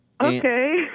Okay